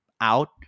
out